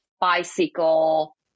bicycle